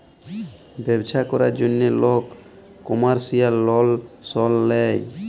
ব্যবছা ক্যরার জ্যনহে লক কমার্শিয়াল লল সল লেয়